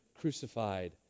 crucified